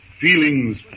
feelings